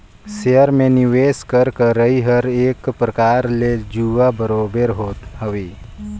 share में निवेस कर करई हर एक परकार ले जुआ बरोबेर तो हवे